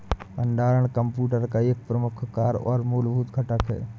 भंडारण कंप्यूटर का एक मुख्य कार्य और मूलभूत घटक है